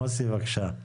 מוסי, בבקשה.